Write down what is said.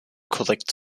korrekt